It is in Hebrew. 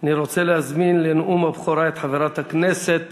אני רוצה להזמין לנאום הבכורה את חברת הכנסת